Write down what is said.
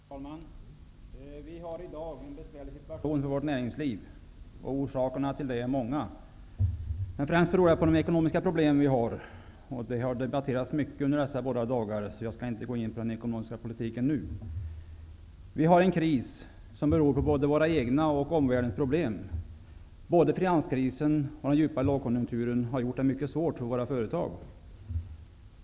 Herr talman! Vi har i dag en besvärlig situation för vårt näringsliv. Orsakerna till detta är många, men främst beror det på de ekonomiska problem vi har. De har debatterats mycket under dessa båda dagar, och jag skall därför inte nu gå in på den ekonomiska politiken. Vi har en kris som beror både på våra egna och på omvärldens problem. Både finanskrisen och den djupa lågkonjunkturen har gjort det mycket svårt för våra företag.